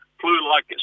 flu-like